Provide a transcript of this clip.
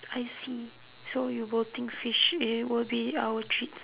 I see so you will think fish it would be our treat